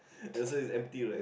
it also is empty right